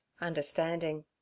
understanding